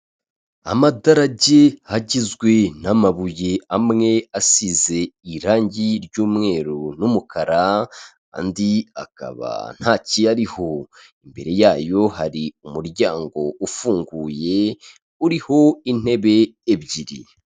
Amadage agizwe n'amabuye amwe asize irangi ry'umweru n'umukara, andi akaba nta kiyariho imbere yayo hari umuryango ufunguye uriho intebe ebyiri.